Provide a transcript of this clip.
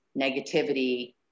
negativity